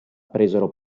presero